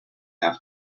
have